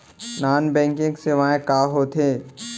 non banking सेवाएं का होथे